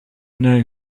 know